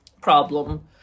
problem